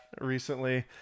recently